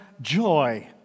joy